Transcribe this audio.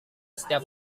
setiap